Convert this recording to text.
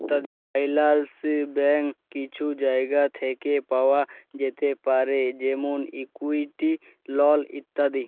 ফাইলালসিং ব্যাশ কিছু জায়গা থ্যাকে পাওয়া যাতে পারে যেমল ইকুইটি, লল ইত্যাদি